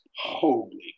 holy